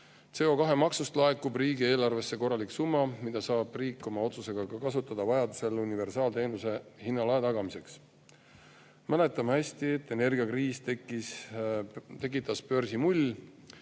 CO2-maksust laekub riigieelarvesse korralik summa, mida riik saab oma otsusega kasutada vajaduse korral ka universaalteenuse hinnalae tagamiseks. Mäletame hästi, et energiakriisi tekitas börsimull.